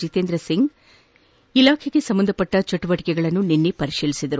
ಜಿತೇಂದ್ರ ಸಿಂಗ್ ಇಲಾಖೆಗೆ ಸಂಬಂಧಪಟ್ಟ ಚಟುವಟಕೆಗಳನ್ನು ನಿನ್ನೆ ಪರಿಶೀಲಿಸಿದರು